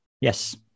Yes